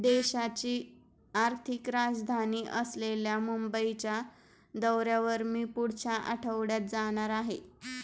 देशाची आर्थिक राजधानी असलेल्या मुंबईच्या दौऱ्यावर मी पुढच्या आठवड्यात जाणार आहे